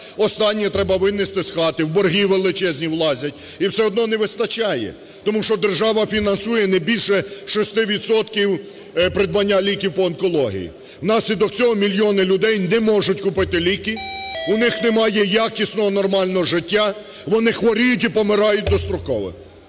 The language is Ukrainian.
останнє треба винести з хати, в борги величезні влазять і все одно не вистачає. Тому що держава фінансує не більше 6 відсотків придбання ліків по онкології. Внаслідок цього мільйони людей не можуть купити ліки, у них немає якісного нормального життя, вони хворіють і помирають достроково.